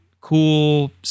cool